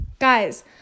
guys